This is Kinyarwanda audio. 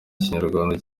kinyarwanda